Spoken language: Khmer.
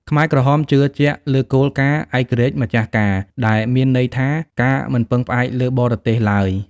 ខ្មែរក្រហមជឿជាក់លើគោលការណ៍ «ឯករាជ្យ ម្ចាស់ការ» ដែលមានន័យថាការមិនពឹងផ្អែកលើបរទេសឡើយ។